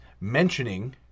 mentioning